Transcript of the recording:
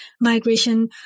migration